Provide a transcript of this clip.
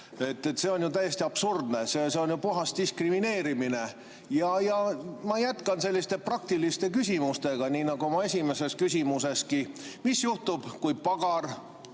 See on täiesti absurdne. See on ju puhas diskrimineerimine. Ma jätkan selliste praktiliste küsimustega, nii nagu oli ka minu esimene küsimus. Mis juhtub, kui pagar,